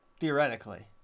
theoretically